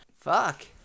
Fuck